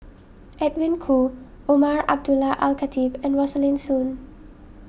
Edwin Koo Umar Abdullah Al Khatib and Rosaline Soon